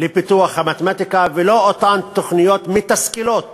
לפיתוח המתמטיקה, ולא אותן תוכניות מתסכלות